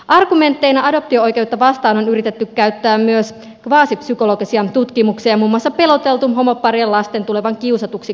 argumentteina adoptio oikeutta vastaan on yritetty käyttää myös kvasipsykologisia tutkimuksia muun muassa peloteltu homoparien lasten tulevan kiusatuksi koulussa